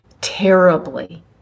terribly